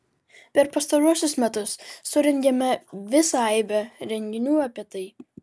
per pastaruosius metus surengėme visą aibę renginių apie tai